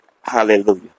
Hallelujah